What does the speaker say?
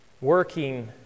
working